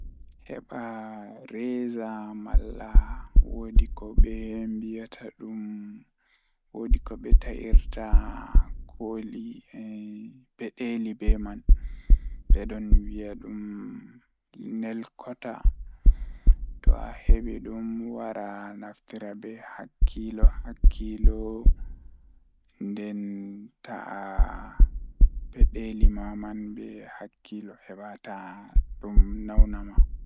Waawataa njiddude fingernails ngal toŋngol ngal ngam hokka ngal he fingernails ngal. Hokkondir fingernails ngal so tawii waawataa njiddaade toŋngol ngal ngam njiddaade kadi ɓuri. Jokkondir fingernails ngal e safu, waawataa jokkondir no waawataa njiddaade.